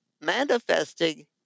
Manifesting